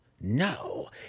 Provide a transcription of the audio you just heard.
No